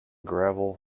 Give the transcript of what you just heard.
gravel